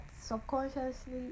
subconsciously